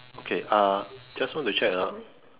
okay uh just want to check ah